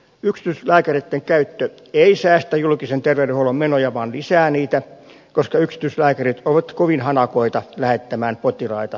yksityislääkäreitten käyttö ei säästä julkisen terveydenhuollon menoja vaan lisää niitä koska yksityislääkärit ovat kovin hanakoita lähettämään potilaita erikoissairaanhoitoon